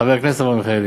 חבר הכנסת אברהם מיכאלי,